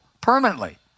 permanently